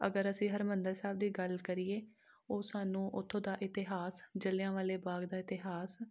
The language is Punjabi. ਅਗਰ ਅਸੀਂ ਹਰਿਮੰਦਰ ਸਾਹਿਬ ਦੀ ਗੱਲ ਕਰੀਏ ਉਹ ਸਾਨੂੰ ਉੱਥੋਂ ਦਾ ਇਤਿਹਾਸ ਜਲਿਆਂਵਾਲੇ ਬਾਗ ਦਾ ਇਤਿਹਾਸ